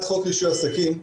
חוק רישוי עסקים,